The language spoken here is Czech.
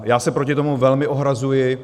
Já se proti tomu velmi ohrazuji.